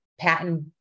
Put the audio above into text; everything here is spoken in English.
patent